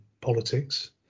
politics